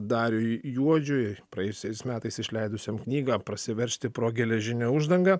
dariui juodžiui praėjusiais metais išleidusiam knygą prasiveržti pro geležinę uždangą